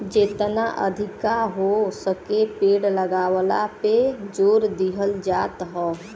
जेतना अधिका हो सके पेड़ लगावला पे जोर दिहल जात हौ